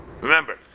Remember